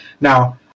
Now